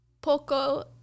poco